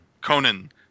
conan